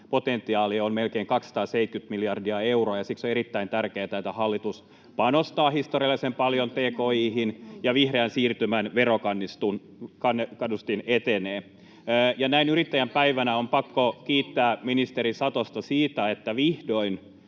potentiaali on melkein 270 miljardia euroa, ja siksi on erittäin tärkeätä, että hallitus panostaa historiallisen paljon tki:hin ja vihreän siirtymän verokannustin etenee. Näin yrittäjän päivänä on pakko kiittää ministeri Satosta siitä, että vihdoin